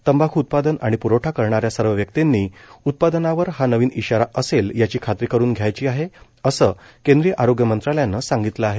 तंबाखू उत्पादन आणि प्रवठा करणाऱ्या सर्व व्यक्तींनी उत्पादनावर हा नवीन इशारा असेल याची खात्री करून घ्यायची आहे असं केंद्रीय आरोग्य मंत्रालयानं सांगितलं आहे